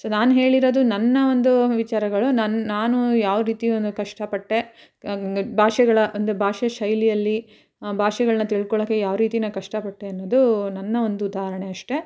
so ನಾನು ಹೇಳಿರೋದು ನನ್ನ ಒಂದು ವಿಚಾರಗಳು ನನ್ನ ನಾನು ಯಾವ ರೀತಿ ನಾನು ಕಷ್ಟಪಟ್ಟೆ ಭಾಷೆಗಳ ಅಂದರೆ ಭಾಷೆ ಶೈಲಿಯಲ್ಲಿ ಭಾಷೆಗಳನ್ನ ತಿಳ್ಕೊಳ್ಳೋಕ್ಕೆ ಯಾವ ರೀತಿ ನಾನು ಕಷ್ಟಪಟ್ಟೆ ಅನ್ನೋದು ನನ್ನ ಒಂದು ಉದಾಹರಣೆ ಅಷ್ಟೆ